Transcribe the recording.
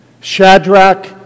Shadrach